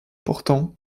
pourtant